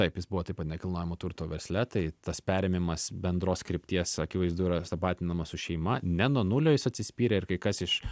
taip jis buvo taip pat nekilnojamo turto versle tai tas perėmimas bendros krypties akivaizdu yra sutapatinamas su šeima ne nuo nulio jis atsispyrė ir kai kas iš